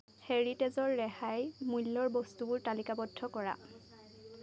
হেৰিটেজৰ ৰেহাই মূল্যৰ বস্তুবোৰ তালিকাবদ্ধ কৰা